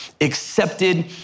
accepted